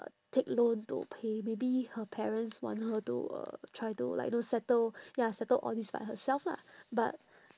take loan to pay maybe her parents want her to uh try to like you know settle ya settle all this by herself lah but